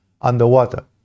underwater